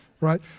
Right